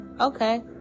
okay